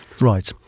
Right